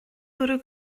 bwrw